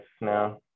now